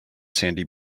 sandy